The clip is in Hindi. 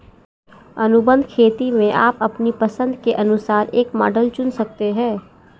अनुबंध खेती में आप अपनी पसंद के अनुसार एक मॉडल चुन सकते हैं